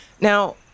Now